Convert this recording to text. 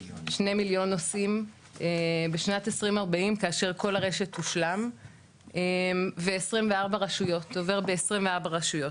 נוסעים בשנת 2040 כאשר כל הרשת תושלם ו-24 רשויות עובר ב-24 רשויות,